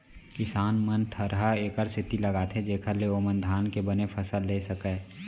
किसान मन थरहा एकर सेती लगाथें जेकर ले ओमन धान के बने फसल लेय सकयँ